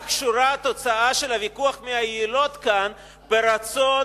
מה קשורה התוצאה של הוויכוח מי היליד כאן ברצון